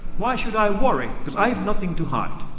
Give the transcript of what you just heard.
why should i worry? because i have nothing to hide.